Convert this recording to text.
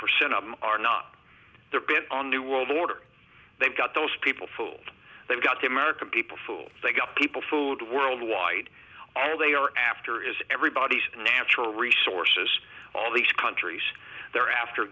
percent of them are not they're bent on new world order they've got those people fooled they've got the american people fooled they've got people food worldwide all they are after is everybody's natural resources all these countries they're after